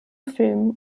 film